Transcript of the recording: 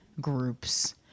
groups